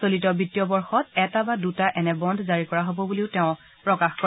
চলিত বিণ্ডীয় বৰ্ষত এটা বা দুটা এনে বণ্ড জাৰি কৰা হ'ব বুলিও তেওঁ প্ৰকাশ কৰে